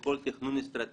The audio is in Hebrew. בכל תכנון אסטרטגי,